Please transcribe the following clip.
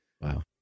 Wow